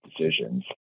decisions